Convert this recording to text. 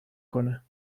کنه